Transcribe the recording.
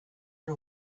for